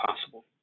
possible